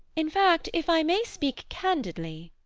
in fact, if i may speak candidly